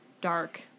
Dark